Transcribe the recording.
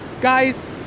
guys